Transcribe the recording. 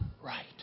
right